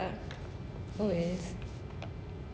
oh wells